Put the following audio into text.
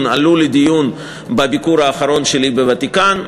עלו לדיון בביקור האחרון שלי בוותיקן.